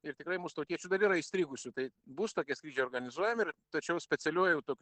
ir tikrai mūs tautiečių dar yra įstrigusių tai bus tokie skrydžiai organizuojami ir tačiau specialiuoju jau tokiu